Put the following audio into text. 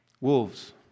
Wolves